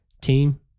team